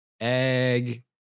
Egg